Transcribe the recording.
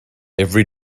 every